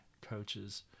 coaches